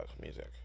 music